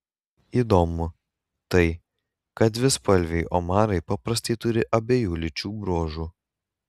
įdomu tai kad dvispalviai omarai paprastai turi abiejų lyčių bruožų